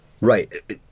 Right